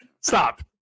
Stop